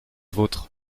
vôtres